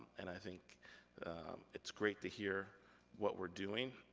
and i think it's great to hear what we're doing,